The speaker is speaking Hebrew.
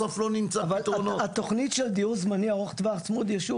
בסוף לא נמצא בה --- התוכנית של דיור זמני ארוך טווח צמוד ישוב,